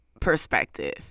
perspective